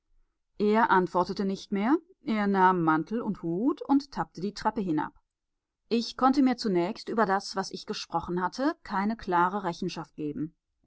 er antwortete nicht mehr er nahm mantel und hut und tappte die treppe hinab ich konnte mir zunächst über das was ich gesprochen hatte keine klare rechenschaft geben